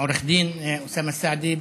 עו"ד אוסאמה סעדי,